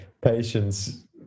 patience